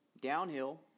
downhill